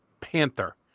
panther